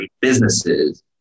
businesses